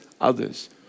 others